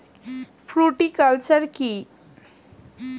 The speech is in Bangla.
ফ্রুটিকালচার কী?